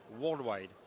worldwide